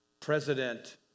President